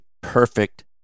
perfect